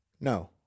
no